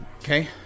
Okay